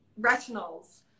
retinols